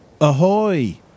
Ahoy